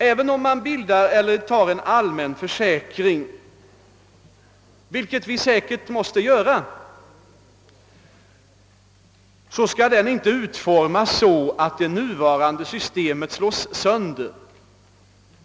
även om man skapar en allmän försäkring, vilket vi säkert måste göra, så skall den inte utformas så att det nuvarande systemet slås sönder.